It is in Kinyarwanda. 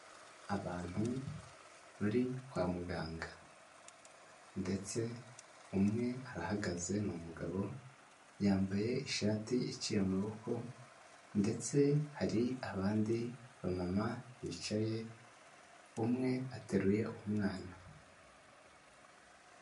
Abantu bari kwa muganga ndetse umwe arahagaze, ni umugabo, yambaye ishati iciye amaboko ndetse hari abandi bamama bicaye, umwe ateruye umwana.